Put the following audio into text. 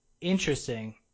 Interesting